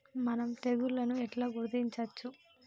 మనం తెగుళ్లను ఎట్లా గుర్తించచ్చు?